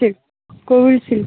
shield Covishield